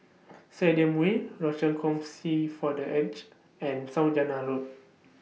Stadium Way Rochor Kongsi For The Aged and Saujana Road